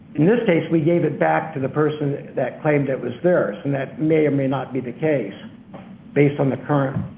in this case we gave it back to the person that claimed it was theirs and that may or may not be the case based on the current